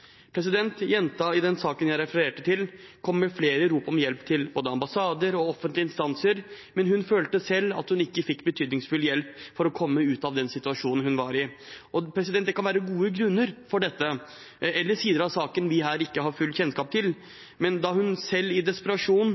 i saken jeg refererte til, kom med flere rop om hjelp til både ambassader og offentlige instanser, men hun følte selv at hun ikke fikk betydningsfull hjelp til å komme seg ut av den situasjonen hun var i. Det kan være gode grunner til dette, eller sider av saken vi her ikke har full kjennskap til, men da hun selv i desperasjon,